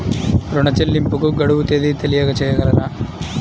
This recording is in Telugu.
ఋణ చెల్లింపుకు గడువు తేదీ తెలియచేయగలరా?